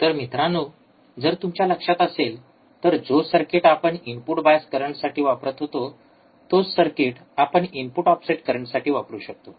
तर मित्रांनो जर तुमच्या लक्षात असेल तर जो सर्किट आपण इनपुट बायस करंटसाठी वापरत होतो तोच सर्किट आपण इनपुट ऑफसेट करंटसाठी वापरू शकतो